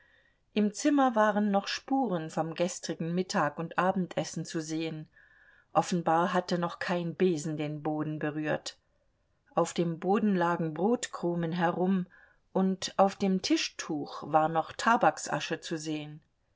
im zimmer waren noch spuren vom gestrigen mittag und abendessen zu sehen offenbar hatte noch kein besen den boden berührt auf dem boden lagen brotkrumen herum und auf dem tischtuch war noch tabaksasche zu sehen